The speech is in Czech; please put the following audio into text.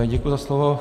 Děkuji za slovo.